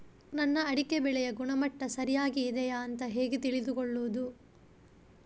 ನನ್ನ ಅಡಿಕೆ ಬೆಳೆಯ ಗುಣಮಟ್ಟ ಸರಿಯಾಗಿ ಇದೆಯಾ ಅಂತ ಹೇಗೆ ತಿಳಿದುಕೊಳ್ಳುವುದು?